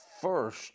first